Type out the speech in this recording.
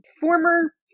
former